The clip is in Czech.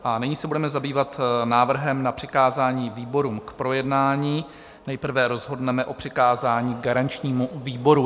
A nyní se budeme zabývat návrhem na přikázání výborům k projednání, nejprve rozhodneme o přikázání garančnímu výboru.